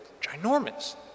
ginormous